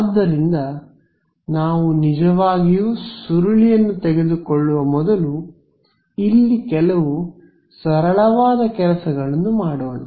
ಆದ್ದರಿಂದ ನಾವು ನಿಜವಾಗಿಯೂ ಸುರುಳಿಯನ್ನು ತೆಗೆದುಕೊಳ್ಳುವ ಮೊದಲು ಇಲ್ಲಿ ಕೆಲವು ಸರಳವಾದ ಕೆಲಸಗಳನ್ನು ಮಾಡೋಣ